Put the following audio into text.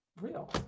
real